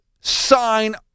sign